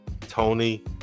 Tony